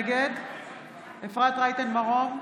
נגד אפרת רייטן מרום,